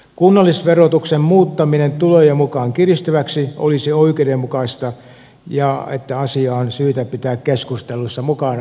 kunnallisverotuksen muuttaminen tulojen mukaan kiristyväksi olisi oikeudenmukaista ja asiaa on syytä pitää keskustelussa mukana